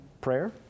prayer